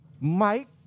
Mike